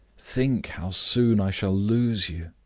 think how soon i shall lose you!